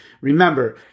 remember